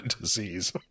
disease